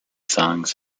songs